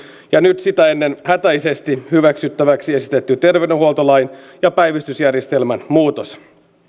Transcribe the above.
ja nyt sitä ennen hätäisesti hyväksyttäväksi esitetty terveydenhuoltolain ja päivystysjärjestelmän muutos